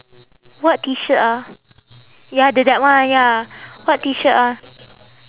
what T shirt ah ya the that one ya what T shirt ah